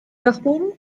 dachboden